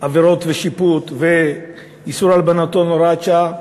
(עבירות ושיפוט) ואיסור הלבנת הון, הוראות שעה.